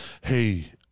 Hey